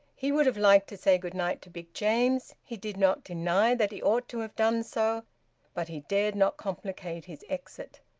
he would have liked to say good night to big james he did not deny that he ought to have done so but he dared not complicate his exit.